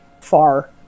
far